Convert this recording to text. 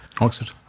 Oxford